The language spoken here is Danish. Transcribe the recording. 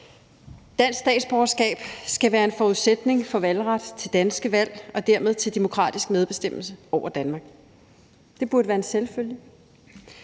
dansk statsborgerskab skal være en forudsætning for valgret til danske valg og dermed til demokratisk medbestemmelse over Danmark. Det burde være en selvfølge.